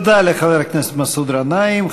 תודה לחבר הכנסת מסעוד גנאים.